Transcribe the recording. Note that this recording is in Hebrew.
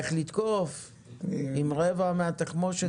יש לך איך לתקוף עם רבע מהתחמושת?